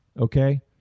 okay